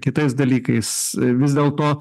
kitais dalykais vis dėlto